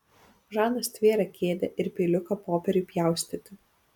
žana stvėrė kėdę ir peiliuką popieriui pjaustyti